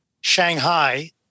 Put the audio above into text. Shanghai